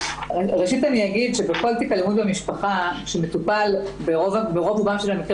ראשית אני אגיד שבכל תיק אלימות במשפחה שמטופל ברוב רובם של המקרים